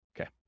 okay